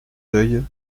deuil